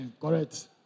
Correct